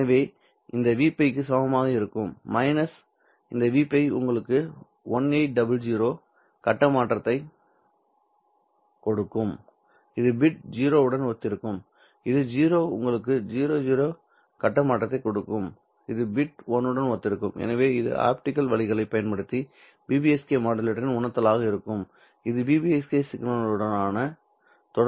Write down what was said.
எனவே இந்த Vπ க்கு சமமாக இருக்கும் இந்த Vπ உங்களுக்கு 1800 கட்ட மாற்றத்தை கொடுக்கும் இது பிட் 0 உடன் ஒத்திருக்கும் இது 0 உங்களுக்கு 00 கட்ட மாற்றத்தை கொடுக்கும் இது பிட் 1 உடன் ஒத்திருக்கும் எனவே இது ஆப்டிகல் வழிகளைப் பயன்படுத்தி BPSK மாடுலேட்டரின் உணர்தலாக இருக்கும் இது BPSK சிக்னலுக்கான தொடர்புடைய கன்ஸ்டல்லேஷன் ஆகும்